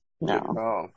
No